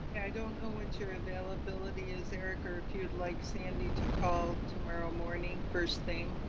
yeah i don't know what your availability is, eric, or if you'd like sandy to call tomorrow morning first thing,